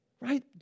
right